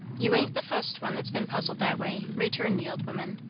you ain't the fust one that's been puzzled that way, returned the old woman.